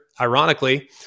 ironically